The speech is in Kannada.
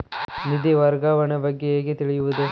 ನಿಧಿ ವರ್ಗಾವಣೆ ಬಗ್ಗೆ ಹೇಗೆ ತಿಳಿಯುವುದು?